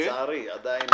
לצערי זו